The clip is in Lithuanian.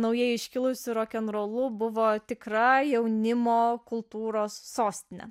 naujai iškilusiu rokenrolu buvo tikra jaunimo kultūros sostinė